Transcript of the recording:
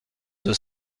deux